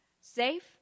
safe